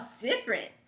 different